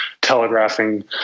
telegraphing